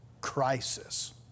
crisis